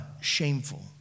Shameful